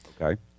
Okay